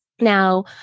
Now